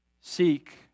Seek